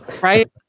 Right